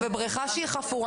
ובריכה חפורה?